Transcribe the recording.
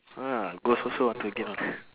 ah ghost also want to gain knowl~